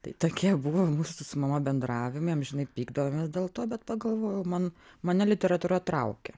tai tokie buvo mūsų su mama bendravimai amžinai pykdavomės dėl to bet pagalvojau man mane literatūra traukė